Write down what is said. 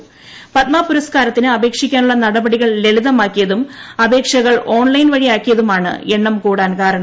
പ്പെട്ട്മ പുരസ്കാരത്തിന് അപേക്ഷിക്കാനുളള നടപടികൾ ലളിതമാക്കിയ്തും അപേക്ഷകൾ ഓൺലൈൻ വഴിയാ ക്കിയതുമാണ് എണ്ണം കൂടാൻ കാരണം